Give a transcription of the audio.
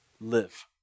live